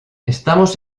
estamos